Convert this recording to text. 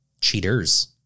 cheaters